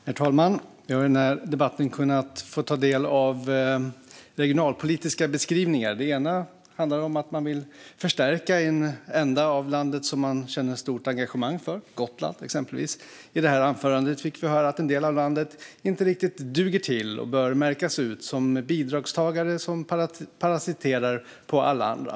Herr talman! Vi har i denna debatt kunnat ta del av regionalpolitiska beskrivningar. Det har bland annat handlat om att man vill förstärka en ända av landet som man känner ett stort engagemang för, exempelvis Gotland. I detta anförande fick vi höra att en del av landet inte riktigt duger och bör märkas ut som bidragstagare som parasiterar på alla andra.